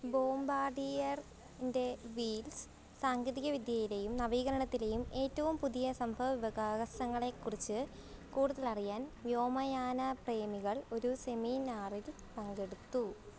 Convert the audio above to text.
ബോംബാർഡിയർൻ്റെ wheels സാങ്കേതികവിദ്യയിലെയും നവീകരണത്തിലെയും ഏറ്റവും പുതിയ സംഭവവികാസങ്ങളെക്കുറിച്ച് കൂടുതൽ അറിയാൻ വ്യോമയാന പ്രേമികൾ ഒരു സെമീനാറിൽ പങ്കെടുത്തു